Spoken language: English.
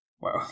Wow